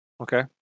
Okay